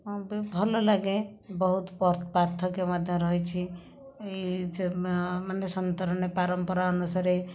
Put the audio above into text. ଆଉ ବି ଭଲ ଲାଗେ ବହୁତ ପାର୍ଥକ୍ୟ ମଧ୍ୟ ରହିଛି ଏହି ମାନେ ସନ୍ତରଣରେ ପରମ୍ପରା ଅନୁସାରେ